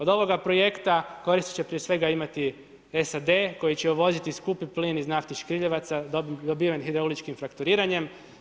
Od ovoga projekta koristi će prije svega imati SAD koji će uvoziti skupi plin iz naftnog škriljevaca dobiven hidrauličnim frakturiranjem.